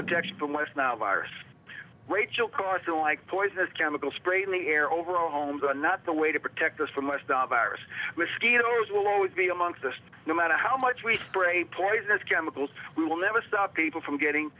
protection from west nile virus rachel carson like poisonous chemical spray in the air over our homes are not the way to protect us from west nile virus whiskey there will always be amongst us no matter how much we spray poisonous chemicals we will never stop people from getting